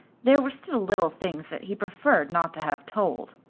there were still little things that he preferred not to have told.